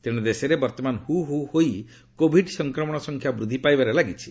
ତେଣେ ଦେଶରେ ବର୍ତ୍ତମାନ ହୁ ହୁ ହୋଇ କୋଭିଡ୍ ସଂକ୍ରମଣଙ୍କ ସଂଖ୍ୟା ବୂଦ୍ଧି ପାଇବାରେ ଲାଗିଛି